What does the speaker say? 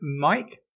Mike